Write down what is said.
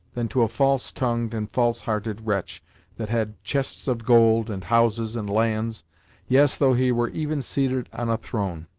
than to a false-tongued and false-hearted wretch that had chests of gold, and houses and lands yes, though he were even seated on a throne!